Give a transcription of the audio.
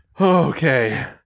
okay